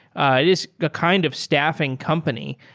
ah it is a kind of staffi ng company.